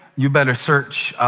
you'd better search